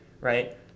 right